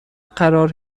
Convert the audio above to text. قرار